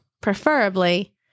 Preferably